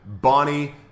Bonnie